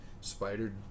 spider